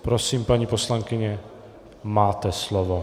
Prosím, paní poslankyně, máte slovo.